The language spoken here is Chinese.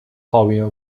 炮兵